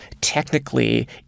technically